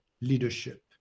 leadership